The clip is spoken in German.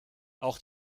auch